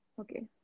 Okay